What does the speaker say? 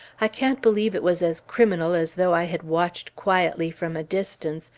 i can't believe it was as criminal as though i had watched quietly from a distance,